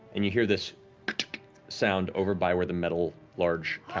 and you hear this sound over by where the metal large